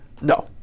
No